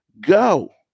go